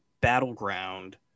battleground